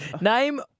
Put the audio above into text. Name